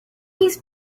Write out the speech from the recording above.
these